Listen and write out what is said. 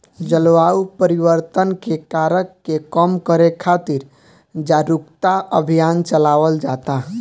जलवायु परिवर्तन के कारक के कम करे खातिर जारुकता अभियान चलावल जाता